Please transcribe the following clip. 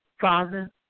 Father